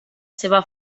seva